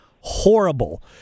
horrible